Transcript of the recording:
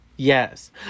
Yes